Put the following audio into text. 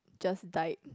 just died